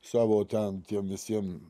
savo ten tiem visiem